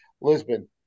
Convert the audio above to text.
Lisbon